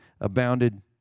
abounded